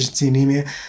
anemia